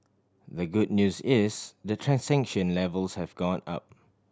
the good news is the transaction levels have gone up